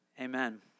amen